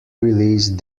released